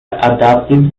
adapted